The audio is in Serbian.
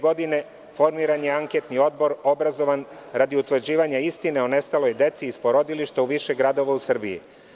Godine 2005. formiran je Anketni odbor obrazovan radi utvrđivanja istine o nestaloj deci iz porodilišta u više gradova u Srbiji.